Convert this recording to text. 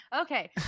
okay